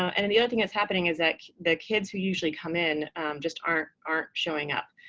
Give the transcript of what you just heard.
and then the other thing that's happening is that the kids who usually come in just aren't aren't showing up.